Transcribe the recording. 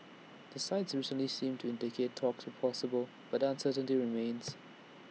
the sides recently seemed to indicate talks were possible but the uncertainty remains